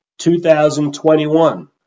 2021